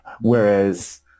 Whereas